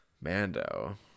mando